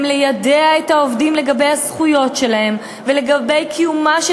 ליידע את העובדים לגבי הזכויות שלהם ולגבי קיומה של